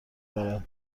دارد